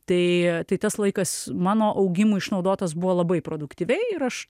tai tai tas laikas mano augimui išnaudotas buvo labai produktyviai ir aš